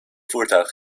voertuig